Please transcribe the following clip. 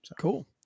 Cool